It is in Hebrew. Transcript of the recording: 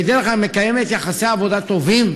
בדרך כלל, מקיימת יחסי עבודה טובים,